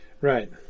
Right